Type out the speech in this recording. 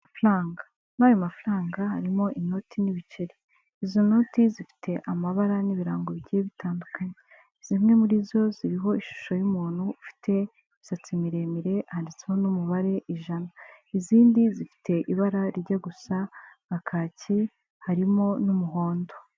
Amafaranga, muri ayo mafaranga harimo inoti n'ibiceri, izo noti zifite amabara n'ibirango bigiye bitandukanye, zimwe muri zo ziriho ishusho y'umuntu ufite imisatsi miremire handitsweho n'umubare ijana, izindi zifite ibara rigiye gusa kaki harimo n'umuhondo.